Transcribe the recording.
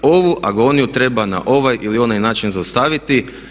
Ovu agoniju treba na ovaj ili onaj način zaustaviti.